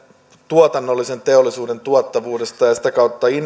tuotannollisen teollisuuden tuottavuudesta ja sitä kautta